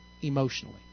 emotionally